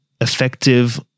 effective